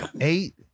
Eight